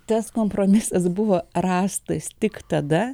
tas kompromisas buvo rastas tik tada